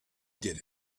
did